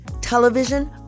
television